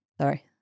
Sorry